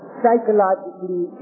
psychologically